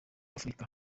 afurika